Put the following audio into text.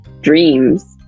dreams